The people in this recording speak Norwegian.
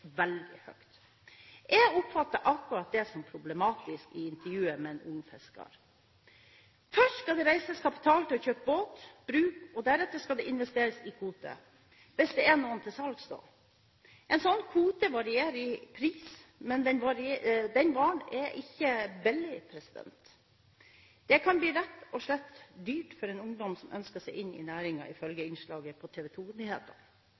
veldig høy. Jeg oppfattet akkurat det som problematisk i intervjuet med en ung fisker. Først skal det reises kapital til å kjøpe båt og bruk, og deretter skal det investeres i kvoter, hvis det er noen til salgs. En slik kvote varierer i pris, men denne varen er ikke billig. Det kan rett og slett bli for dyrt for en ungdom som ønsker seg inn i næringen, ifølge